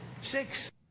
Six